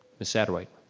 miss saderwhite.